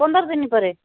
ପନ୍ଦର ଦିନ ପରେ